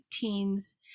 teens